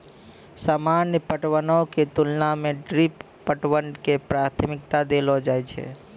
सामान्य पटवनो के तुलना मे ड्रिप पटवन के प्राथमिकता देलो जाय छै